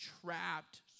trapped